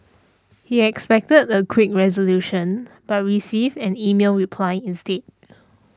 he expected a quick resolution but received an email reply instead